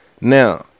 Now